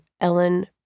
ellen